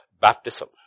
baptism